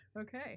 Okay